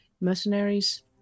mercenaries